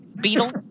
Beetle